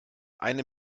eine